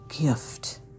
gift